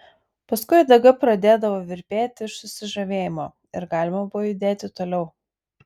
paskui uodega pradėdavo virpėti iš susižavėjimo ir galima buvo judėti toliau